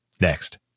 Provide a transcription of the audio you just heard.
next